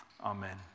Amen